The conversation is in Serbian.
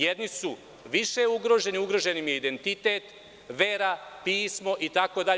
Jedni su više ugroženi, ugrožen im je identitet, vera, pismo itd.